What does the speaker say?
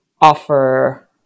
offer